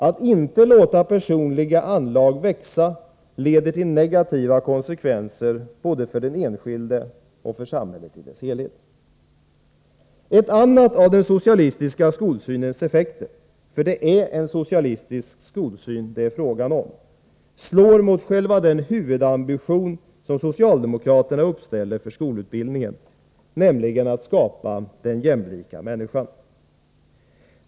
Att inte låta personliga anlag växa leder till negativa konsekvenser både för den enskilde och för samhället i dess helhet. En annan av den socialistiska skolsynens effekter — för det är en socialistisk skolsyn det är fråga om — slår mot själva den huvudambition som socialdemokraterna uppställer för skolutbildningen, nämligen att skapa den jämlika människan.